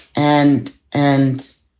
and and.